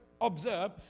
Observe